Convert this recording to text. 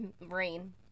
rain